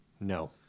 No